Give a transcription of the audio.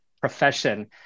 profession